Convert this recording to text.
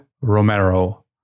Romero